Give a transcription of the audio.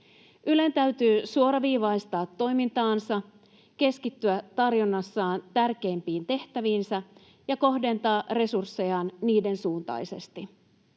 Ylen täytyy suoraviivaistaa toimintaansa, keskittyä tarjonnassaan tärkeimpiin tehtäviinsä ja kohdentaa resurssejaan niiden suuntaisesti.